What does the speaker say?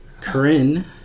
Corinne